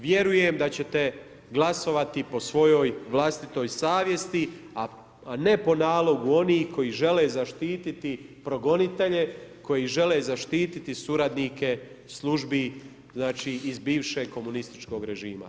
Vjerujem da ćete glasovati po svojoj vlastitoj savjesti, a ne po nalogu onih koji žele zaštititi progonitelje, koji žele zaštiti suradnike službi iz bivšeg komunističkog režima.